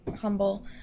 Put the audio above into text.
humble